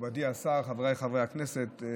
מכובדי השר, חבריי חברי הכנסת,